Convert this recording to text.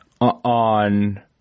on